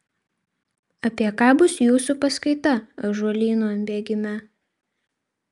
apie ką bus jūsų paskaita ąžuolyno bėgime